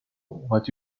what